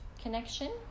connection